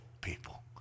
people